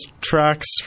tracks